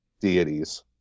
deities